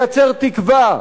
לייצר תקווה.